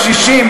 בקשישים,